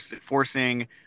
forcing